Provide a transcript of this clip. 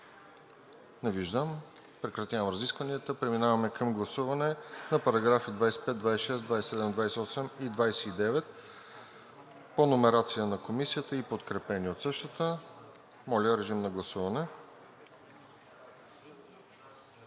Не виждам. Прекратявам разискванията. Преминаваме към гласуване на параграфи 25, 26, 27, 28 и 29 по номерацията на Комисията и подкрепени от същата. Гласували